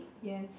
yes